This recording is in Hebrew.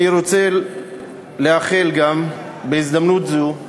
אני רוצה לאחל גם, בהזדמנות זו,